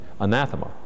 anathema